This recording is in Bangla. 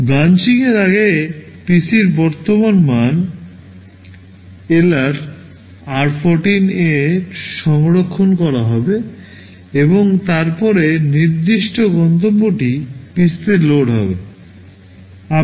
ব্রাঞ্চিংয়ের আগে PCর বর্তমান মান এলআর এ সংরক্ষণ করা হবে এবং তারপরে নির্দিষ্ট গন্তব্যটি PCতে লোড হবে